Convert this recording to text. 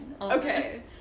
Okay